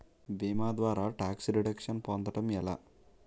భీమా ద్వారా tax deduction పొందటం ఎలా?